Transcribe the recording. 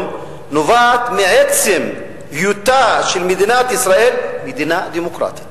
נובעת מעצם היותה של מדינת ישראל מדינה דמוקרטית